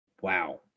wow